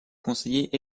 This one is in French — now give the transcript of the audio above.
conseillers